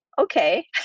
okay